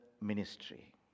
ministry